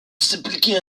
s’appliquer